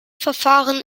verfahren